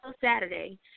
Saturday